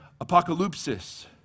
apocalypsis